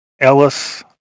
Ellis